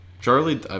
Charlie